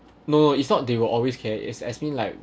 no it's not they will always care is as mean like